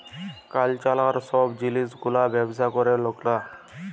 cultural সব জিলিস গুলার ব্যবসা ক্যরে লকরা